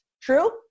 True